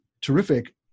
terrific